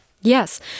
Yes